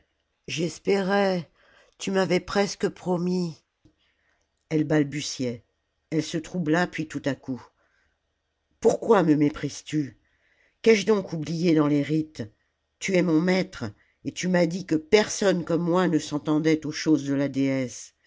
j'espérais tu m'avais presque promis elle balbutiait elle se troubla puis tout à coup pourquoi me méprises tu qu'ai je donc oublié dans les rites tu es mon maître et tu m'as dit que personne comme moi ne s'entendait aux choses de la déesse